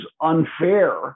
unfair